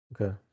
Okay